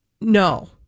no